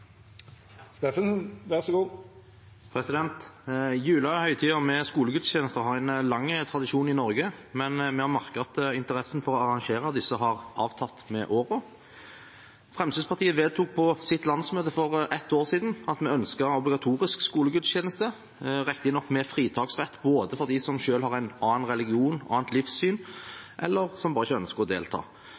med skolegudstjeneste har en lang tradisjon i Norge, men vi har merket at interessen for å arrangere disse har avtatt med årene. Fremskrittspartiet vedtok på sitt landsmøte for ett år siden at vi ønsker å ha obligatorisk skolegudstjeneste, riktignok med fritaksrett, både for dem som selv har en annen religion og et annet livssyn, og for dem som bare ikke ønsker å delta.